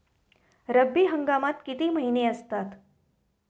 रब्बी हंगामात किती महिने असतात?